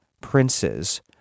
princes